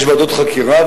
יש ועדות חקירה,